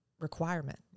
requirement